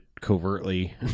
covertly